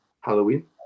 halloween